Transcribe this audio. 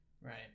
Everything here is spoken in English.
Right